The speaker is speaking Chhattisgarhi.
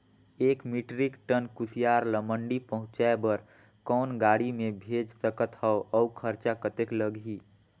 एक मीट्रिक टन कुसियार ल मंडी पहुंचाय बर कौन गाड़ी मे भेज सकत हव अउ खरचा कतेक लगही?